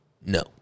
no